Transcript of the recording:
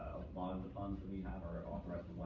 lot of the funds that we have are authorized